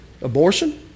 abortion